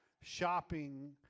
shopping